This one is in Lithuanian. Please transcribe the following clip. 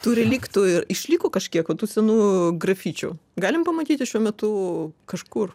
tų reliktų išliko kažkiek va tų senų grafičių galim pamatyti šiuo metu kažkur